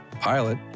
Pilot